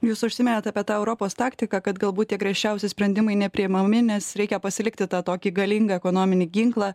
jūs užsiminėt apie tą europos taktiką kad galbūt tie griežčiausi sprendimai nepriimami nes reikia pasilikti tą tokį galingą ekonominį ginklą